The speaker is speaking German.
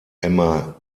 emma